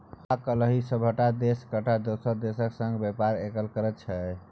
आय काल्हि सभटा देश एकटा दोसर देशक संग व्यापार कएल करैत छै